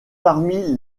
parmi